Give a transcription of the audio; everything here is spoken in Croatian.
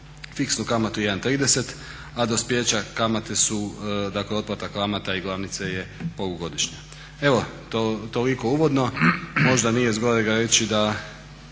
fiksnu kamatu 1,30, a dospijeća kamate dakle otplata kamata i glavnice je polugodišnja. Evo toliko uvodno. Možda nije zgorega reći da